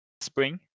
spring